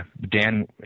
Dan